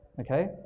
Okay